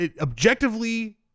objectively